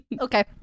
Okay